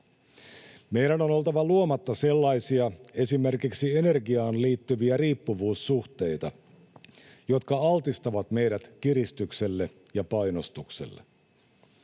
Meidän on oltava luomatta sellaisia esimerkiksi energiaan liittyviä riippuvuussuhteita, jotka altistavat meidät kiristykselle ja painostukselle.